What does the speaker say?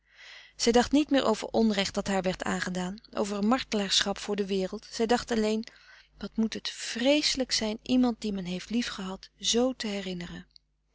zij dacht niet meer over onrecht dat haar werd aangedaan over een martelaarschap voor de wereld zij dacht alleen wat moet het vreeselijk zijn iemand die men heeft liefgehad z te herinneren